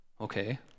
Okay